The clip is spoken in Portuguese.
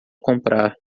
comprar